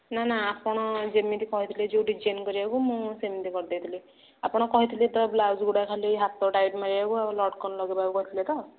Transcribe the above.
ନା ନା ଆପଣ ଯେମିତି କହିଥିଲେ ଯେଉଁ ଡିଜାଇନ୍ କରିବାକୁ ମୁଁ ସେମିତି କରିଦେଇଥିଲି ଆପଣ କହିଥିଲେ ତ ବ୍ଲାଉଜ୍ଗୁଡ଼ା ଖାଲି ହାତ ଟାଇଟ୍ ମାରିବାକୁ ଆଉ ଲଟ୍କନ୍ ଲଗାଇବାକୁ କହିଥିଲେ ତ